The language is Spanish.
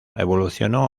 evolucionó